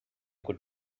could